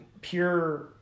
pure